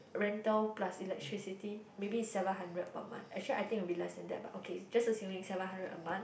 rental plus electricity maybe it's seven hundred per month actually I think it will be less than that but okay just assuming seven hundred a month